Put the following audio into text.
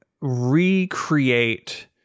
recreate